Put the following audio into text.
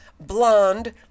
blonde